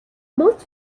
most